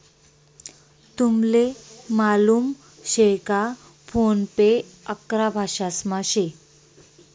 तुमले मालूम शे का फोन पे अकरा भाषांसमा शे